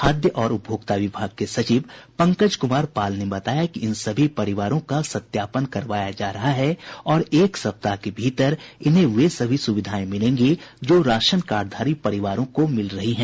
खाद्य और उपभोक्ता विभाग के सचिव पंकज कुमार पाल ने बताया कि इन सभी परिवारों का सत्यापन करवाया जा रहा है और एक सप्ताह के भीतर इन्हें वे सभी सुविधाएं मिलेंगी जो राशन कार्डधारी परिवारों को मिल रही है